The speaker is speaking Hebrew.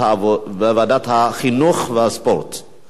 לוועדת החינוך, התרבות והספורט נתקבלה.